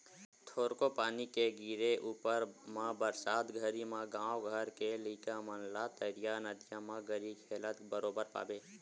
थोरको पानी के गिरे ऊपर म बरसात घरी म गाँव घर के लइका मन ला तरिया नदिया म गरी खेलत बरोबर पाबे